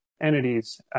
entities